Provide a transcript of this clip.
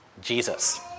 Jesus